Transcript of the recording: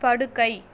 படுக்கை